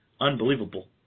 unbelievable